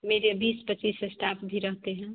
मेरे बीस पच्चीस इस्टाफ़ भी रहते हैं